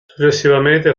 successivamente